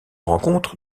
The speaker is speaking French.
rencontre